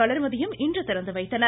வளர்மதியும் இன்று திறந்து வைத்தனர்